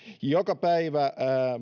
joka päivä